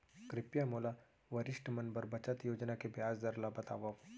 कृपया मोला वरिष्ठ मन बर बचत योजना के ब्याज दर ला बतावव